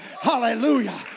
Hallelujah